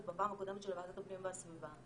בפעם הקודמת של ועדת הפנים והסביבה,